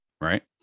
right